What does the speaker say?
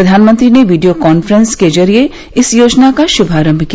प्रधानमंत्री ने video conference के जरिए इस योजना का श्भारंभ किया